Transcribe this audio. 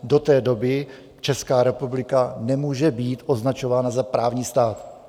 Do té doby Česká republika nemůže být označována za právní stát.